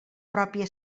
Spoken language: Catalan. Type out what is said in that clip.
pròpia